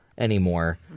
anymore